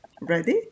Ready